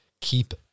keep